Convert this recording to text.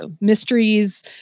Mysteries